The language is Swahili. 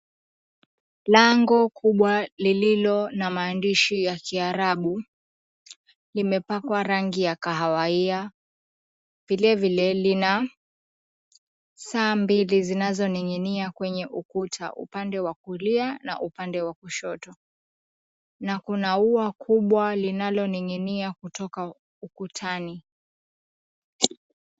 Lango kubwa lililo na maandishi ya kiarabu limepakwa rangi ya kahawia. Vilevile lina saa mbili zinazoning'inia kwenye ukuta upande wa kulia na upande wa kushoto, na kuna ua kubwa linaloning'inia kutoka ukutani.